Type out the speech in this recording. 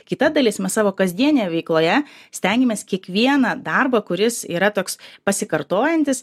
kita dalis mes savo kasdienėje veikloje stengiamės kiekvieną darbą kuris yra toks pasikartojantis